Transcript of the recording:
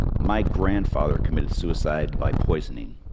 my grandfather committed suicide by poisoning.